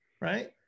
right